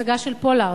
הצגה על פולארד.